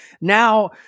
now